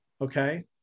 okay